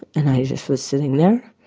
and i just was sitting there.